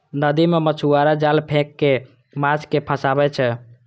नदी मे मछुआरा जाल फेंक कें माछ कें फंसाबै छै